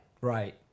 Right